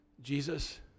Jesus